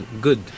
good